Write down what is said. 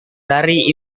dari